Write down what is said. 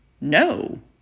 no